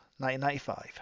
1995